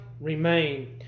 remain